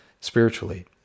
spiritually